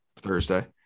Thursday